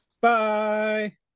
Bye